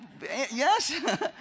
yes